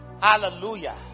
Hallelujah